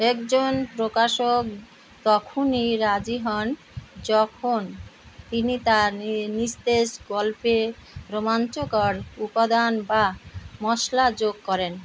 একজন প্রকাশক তখনই রাজি হন যখন তিনি তার নিস্তেজ গল্পে রোমাঞ্চকর উপাদান বা মশলা যোগ করেন